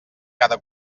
cada